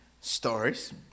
stories